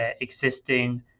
existing